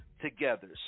together